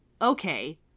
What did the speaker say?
okay